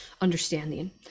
understanding